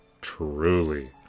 Truly